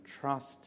trust